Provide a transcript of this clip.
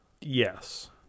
Yes